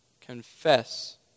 Confess